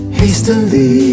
hastily